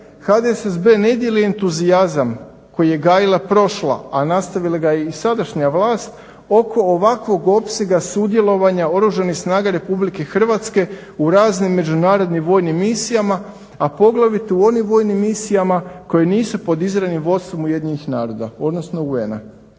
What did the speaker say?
HDSSB ne dijeli entuzijazam koji je gajila prošla, a nastavila ga je i sadašnja vlast, oko ovakvog opsega sudjelovanja Oružanih snaga RH u raznim međunarodnim vojnim misijama, a poglavito u onim vojnim misijama koje nisu pod izravnim vodstvom Ujedinjenih naroda odnosno UN-a.